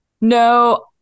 No